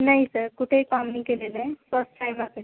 नाही सर कुठेही काम नाही केलेलं आहे फर्स्ट टाईमच आहे